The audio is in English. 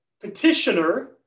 petitioner